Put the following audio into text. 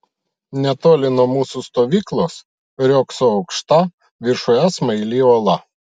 netoli nuo mūsų stovyklos riogso aukšta viršuje smaili uola